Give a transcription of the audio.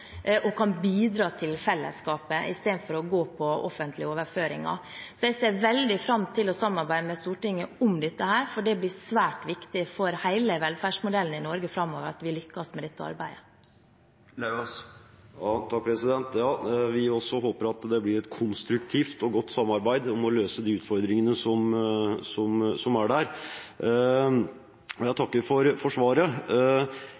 og kan bidra til fellesskapet i stedet for å gå på offentlige overføringer. Jeg ser veldig fram til å samarbeide med Stortinget om dette, for det blir svært viktig for hele velferdsmodellen i Norge framover at vi lykkes med dette arbeidet. Vi håper også at det blir et konstruktivt og godt samarbeid for å løse de utfordringene som er der. Jeg takker for svaret. Jeg vil bare følge opp med å spørre ministeren: På hvilken måte ser hun for